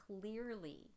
clearly